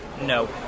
no